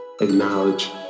acknowledge